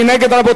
מי נגד?